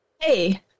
Hey